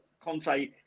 Conte